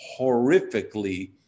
horrifically